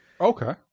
Okay